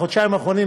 בחודשיים האחרונים,